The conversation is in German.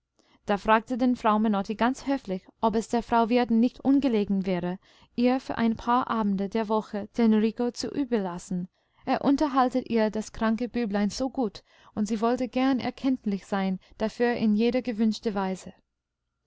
da fragte denn frau menotti ganz höflich ob es der frau wirtin nicht ungelegen wäre ihr für ein paar abende der woche den rico zu überlassen er unterhalte ihr das kranke büblein so gut und sie wollte gern erkenntlich sein dafür in jeder gewünschten weise